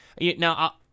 Now